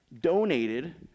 donated